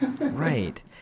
Right